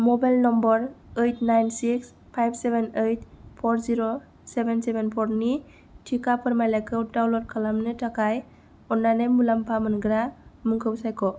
mobile number eight nine six five seven eight four zero seven seven four नि टिका फोरमानलाइखौ download खालामनो थाखाय अननानै मुलामफा मोनग्रा मुंखौ सायख'